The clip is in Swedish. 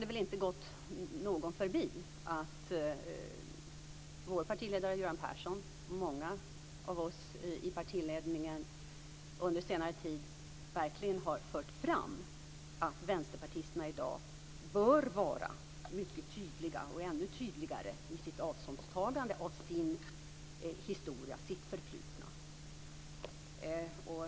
Det har inte gått någon förbi att vår partiledare Göran Persson, och många av oss i partiledningen, under senare tid verkligen har fört fram att vänsterpartisterna i dag bör vara ännu tydligare i sitt avståndstagande från sin historia och sitt förflutna.